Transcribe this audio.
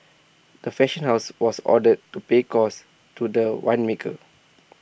the fashion house was ordered to pay costs to the winemaker